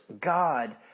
God